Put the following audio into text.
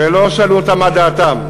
ולא שאלו אותם מה דעתם.